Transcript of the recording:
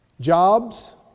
jobs